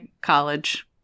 College